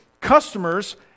customers